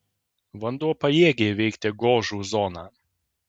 vanduo pajėgia įveikti gožų zoną